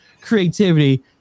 creativity